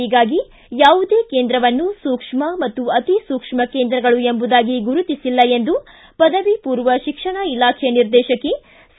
ಹೀಗಾಗಿ ಯಾವುದೇ ಕೇಂದ್ರವನ್ನು ಸೂಕ್ಷ್ಮ ಮತ್ತು ಅತಿ ಸೂಕ್ಷ್ಮ ಕೇಂದ್ರಗಳು ಎಂಬುದಾಗಿ ಗುರುತಿಸಿಲ್ಲ ಎಂದು ಪದವಿ ಮೂರ್ವ ಶಿಕ್ಷಣ ಇಲಾಖೆ ನಿರ್ದೇಶಕಿ ಸಿ